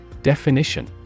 Definition